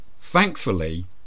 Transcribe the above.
Thankfully